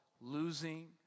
losing